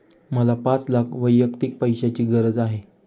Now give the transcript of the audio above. मला पाच लाख वैयक्तिक पैशाची गरज आहे